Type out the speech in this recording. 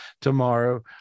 tomorrow